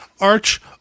Arch